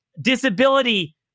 disability